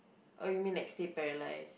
or you mean like stay paralysed